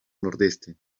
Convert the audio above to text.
nordeste